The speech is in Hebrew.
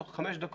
תוך חמש דקות,